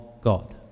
God